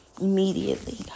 Immediately